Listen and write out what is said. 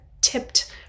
tipped